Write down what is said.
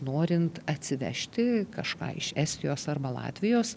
norint atsivežti kažką iš estijos arba latvijos